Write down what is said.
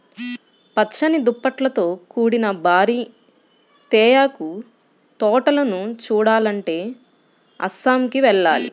పచ్చని దుప్పట్లతో కూడిన భారీ తేయాకు తోటలను చూడాలంటే అస్సాంకి వెళ్ళాలి